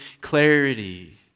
clarity